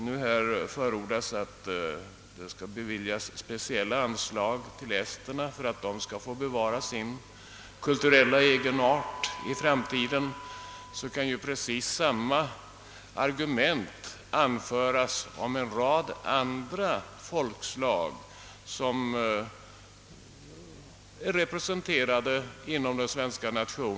Nu förordas att speciella anslag skall beviljas esterna så att de skall kunna bevara sin kulturella egenart i framtiden. Då kan precis samma argument anföras för en rad andra folkslag som är representerade inom Sveriges gränser.